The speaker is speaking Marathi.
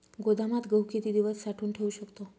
गोदामात गहू किती दिवस साठवून ठेवू शकतो?